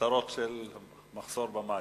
של מחסור במים.